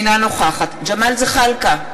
אינה נוכחת ג'מאל זחאלקה,